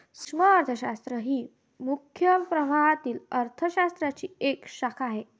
सूक्ष्म अर्थशास्त्र ही मुख्य प्रवाहातील अर्थ शास्त्राची एक शाखा आहे